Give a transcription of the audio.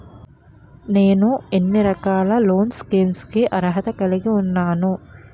నేను ఎన్ని రకాల లోన్ స్కీమ్స్ కి అర్హత కలిగి ఉన్నాను?